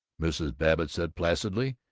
mrs. babbitt said placidly,